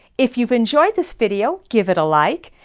if you've enjoyed this video, give it a like.